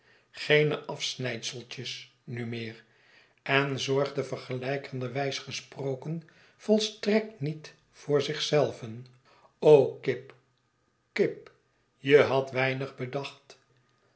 geene afsnijdseltjes nu meer en zorgde vergelijkenderwijs gesproken volstrekt niet voor zich zelven pip pip je hadt weinig gedacht